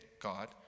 God